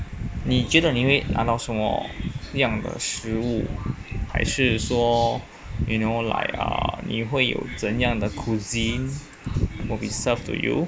你觉得你会拿到什么样的食物还是说 you know like 你会有怎么样的 cuisine will be served to you